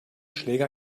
schläger